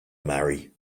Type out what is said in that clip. marry